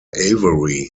avery